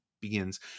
begins